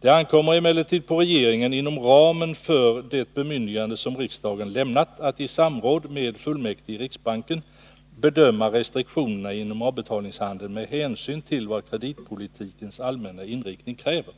Det ankommer emellertid på regeringen, inom ramen för det bemyndigande som riksdagen lämnat, att i samråd med fullmäktige i riksbanken bedöma restriktionerna inom avbetalningshandeln med hänsyn till vad kreditpolitikens allmänna inriktning kräver.